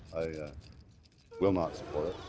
i will not support it.